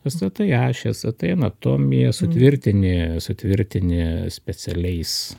atstatai ešesą tai anatomiją sutvirtini sutvirtini specialiais